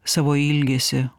savo ilgesį